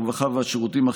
הרווחה והשירותים החברתיים.